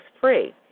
free